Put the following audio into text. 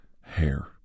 hair